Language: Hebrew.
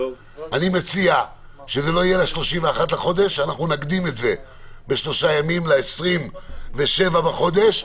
מציע שנקדים את זה ל-27 בחודש,